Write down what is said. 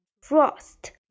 frost